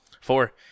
four